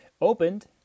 Opened